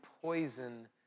poison